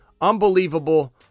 unbelievable